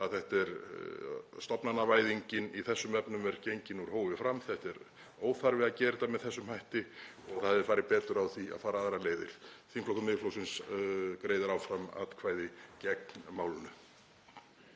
það að stofnanavæðingin í þessum efnum er gengin úr hófi fram. Það er óþarfi að gera þetta með þessum hætti og það hefði farið betur á því að fara aðrar leiðir. Þingflokkur Miðflokksins greiðir áfram atkvæði gegn málinu.